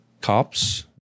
cops